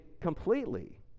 completely